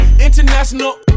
International